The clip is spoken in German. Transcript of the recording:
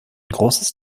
großes